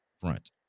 front